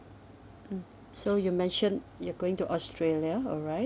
so you mentioned you're going to australia alright